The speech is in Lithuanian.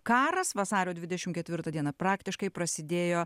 karas vasario dvidešimt ketvirtą dieną praktiškai prasidėjo